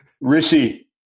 rishi